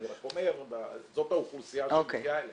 אני רק אומר שזאת האוכלוסייה שמגיעה אלינו.